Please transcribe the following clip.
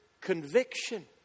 conviction